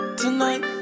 tonight